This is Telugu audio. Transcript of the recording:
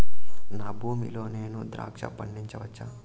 నా భూమి లో నేను ద్రాక్ష పండించవచ్చా?